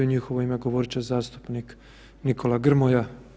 U njihovo ime govorit će zastupnik Nikola Grmoja.